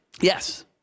Yes